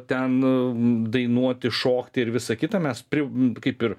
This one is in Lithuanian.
ten dainuoti šokti ir visa kita mes pri kaip ir